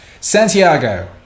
Santiago